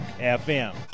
FM